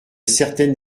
certaines